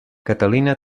catalina